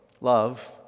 love